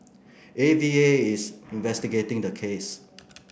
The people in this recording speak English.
A V A is investigating the case